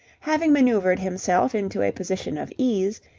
having manoeuvred himself into a position of ease,